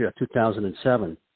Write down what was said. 2007